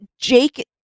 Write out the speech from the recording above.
Jake